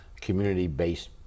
community-based